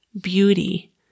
beauty